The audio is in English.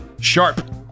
sharp